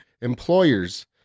employers